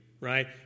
right